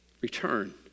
Return